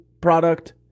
product